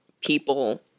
people